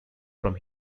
from